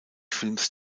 films